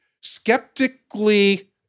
skeptically